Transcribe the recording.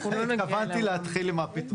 התכוונתי להתחיל עם הפתרונות.